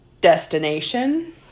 destination